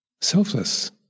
selfless